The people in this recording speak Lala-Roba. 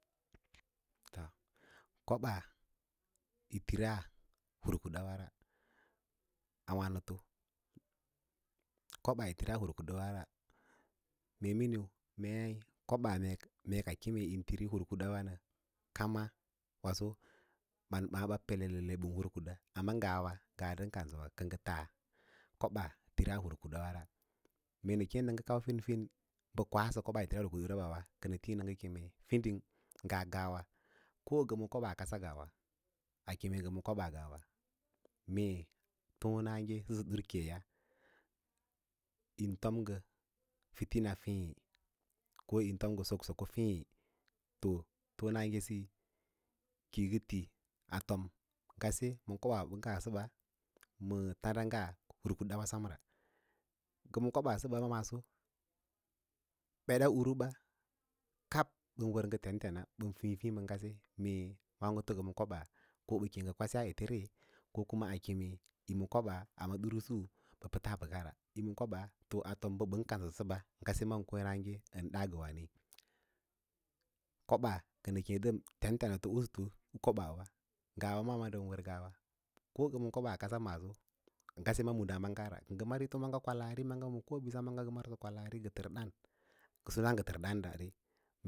To kobaa yi tiraa huu kudawa ra a wānəto kaɓaa yitiraa hur kuɗawa ra mee miniu mei koɓaa mee keẽ í yín tira hurkuda nə kama waso ɓan ɓaã ɓa pelelele ɓən hur kuda amma ngawa ngaa ndən kansəwa kə ngə taa kobaa tiras hur kudawa ra mee nə keẽ nə kau fin fin bə kwasə kobaa rawa tiri rawa kənə tiĩ nə ngə keme fiding nga nga-ko ngə ma keɓas kasa ngawa a keme ngə ma kobaa sawa mee tonage səsə duu keya yín tom ngə filina feẽ ko yi tom ngə soksoko feẽ to fonage a siyi ki yi ngə ti afom ngase ma kobaa ɓamgga səɓa ma tandaꞌ nga hur kuɗa semra ngə ma koɓaa ꞌiɓa ma maso bəɗa uru ba ɓən wər ngə ten ten a ngən fiĩ fiĩ ma ngase mee wǎǎgo ngə ma kobaa ko bə keu kwaba ete re ko kuma a keme yo ma kobaa amma pə durꞌusu pa’taa ba’ka ra nga’ ma ko ɓaa a too bə ɓən kausə səba ngase ma kweẽraãge ən ɗa ngə wǎǎne koɓaa kənə keẽ ɗəm tentena, tentena usutu kobaa wa ngawa maaawâ ndən wər ngaava ke ngə ma koɓaa kasa maaso ngese ma muɗaa ma ngara ngə mar hito maaga kwalaari ma kobira maaga ngə tər ɗǎǎn, ngə sana ngə tər ɗǎǎn da dəm.